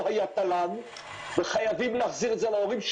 היה תל"ן וחייבים להחזיר את זה להורים,